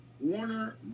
Warner